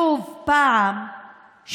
שוב פעם,